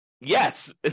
yes